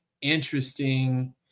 interesting